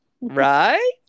Right